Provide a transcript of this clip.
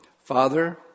Father